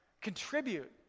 contribute